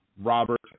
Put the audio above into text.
Robert